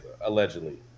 Allegedly